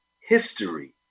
history